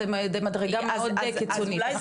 זו מדרגה מאוד קיצונית.